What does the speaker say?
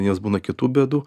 jiems būna kitų bėdų